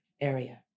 area